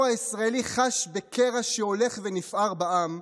הישראלי חש בקרע שהולך ונפער בעם,